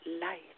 light